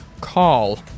call